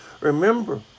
Remember